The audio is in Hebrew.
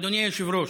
אדוני היושב-ראש.